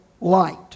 light